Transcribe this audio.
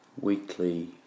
weekly